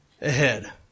ahead